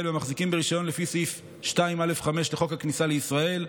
ומחזיקים ברישיון לפי סעיף 2א(5) לחוק הכניסה לישראל.